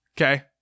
Okay